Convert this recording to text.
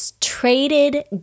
traded